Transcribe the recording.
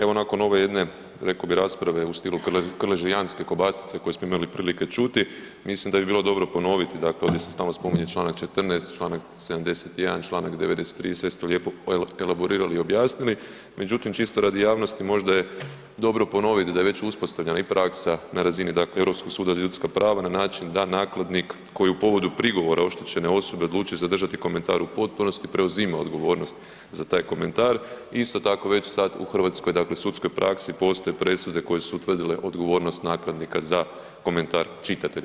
Evo nakon ove jedne rekao bi rasprave u stilu krležijanske kobasice koju smo imali prilike čuti, mislim da bi bilo dobro ponoviti da to gdje se stalno spominje čl. 14., čl. 71., čl. 93., sve ste to lijepo elaborirali i objasnili, međutim čisto radi javnost možda je dobro ponoviti da je već uspostavljena i praksa na razini dakle Europskog suda za ljudska prava na način da nakladnik koji u povodu prigovora oštećene osobe odluči zadržati komentar, u potpunosti preuzima odgovornost za taj komentar, isto tako već sad u Hrvatskoj dakle, u sudskoj praksi postoje presude koje su utvrdile odgovornost nakladnika za komentar čitatelja.